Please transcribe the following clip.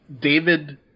David